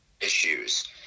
issues